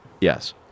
Yes